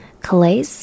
Calais